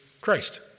Christ